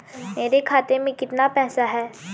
मेरे खाते में कितना पैसा है?